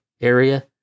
area